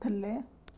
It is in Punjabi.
ਥੱਲੇ